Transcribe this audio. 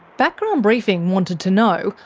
background briefing wanted to know,